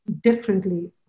differently